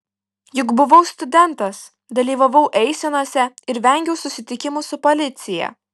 juk buvau studentas dalyvavau eisenose ir vengiau susitikimų su policija